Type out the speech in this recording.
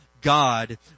God